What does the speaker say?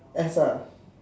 S ah